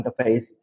interface